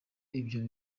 ibyo